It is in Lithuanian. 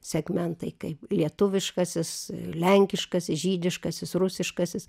segmentai kaip lietuviškasis lenkiškasis žydiškasis rusiškasis